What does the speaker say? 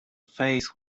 face